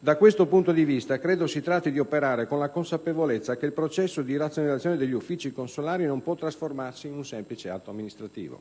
Da questo punto di vista credo si tratti di operare con la consapevolezza che il processo di razionalizzazione degli uffici consolari non può trasformarsi in un semplice atto amministrativo.